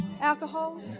Alcohol